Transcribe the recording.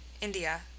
India